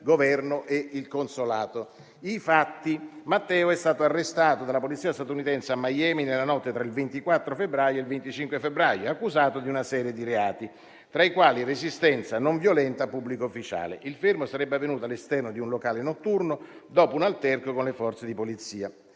dove è stata. I fatti: Matteo è stato arrestato dalla polizia statunitense a Miami nella notte tra il 24 e il 25 febbraio, accusato di una serie di reati, tra i quali resistenza non violenta a pubblico ufficiale. Il fermo sarebbe avvenuto all'esterno di un locale notturno dopo un alterco con le Forze di polizia.